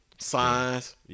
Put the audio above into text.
Signs